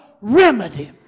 remedy